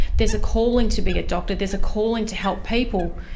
there's a calling to be a doctor. there's a calling to help people,